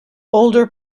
older